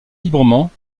librement